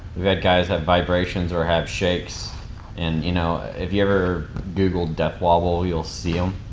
we've had guys have vibrations or have shakes and, you know, if you ever google death wobble you'll see em.